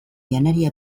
janaria